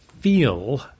feel